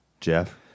Jeff